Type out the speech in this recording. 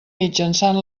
mitjançant